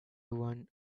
one